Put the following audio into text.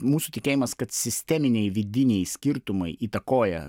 mūsų tikėjimas kad sisteminiai vidiniai skirtumai įtakoja